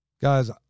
Guys